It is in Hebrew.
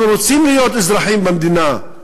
אנחנו רוצים להיות אזרחים במדינה,